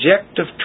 Objective